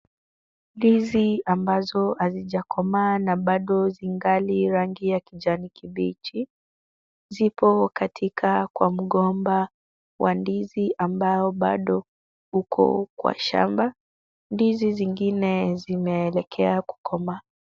Ndizi ambazo haziijakoma na bado ingali katika rangi ya rijani kijani kibichi ziko katika kwa mgomba wa ndizi ambao bado ziko kwa shamba, ndizi zingine zimeelekea kukoma.